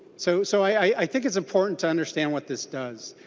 so so i think it's important to understand what this does.